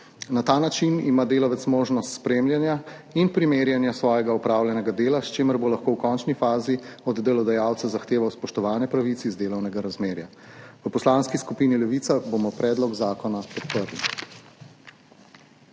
Na ta način ima delavec možnost spremljanja in primerjanja svojega opravljenega dela, s čimer bo lahko v končni fazi od delodajalca zahteval spoštovanje pravic iz delovnega razmerja. V Poslanski skupini Levica bomo predlog zakona podprli.